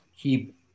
keep